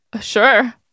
sure